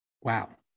Wow